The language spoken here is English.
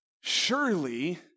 Surely